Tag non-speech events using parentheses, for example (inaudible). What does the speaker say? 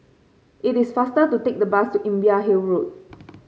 it is faster to take the bus to Imbiah Hill Road (noise)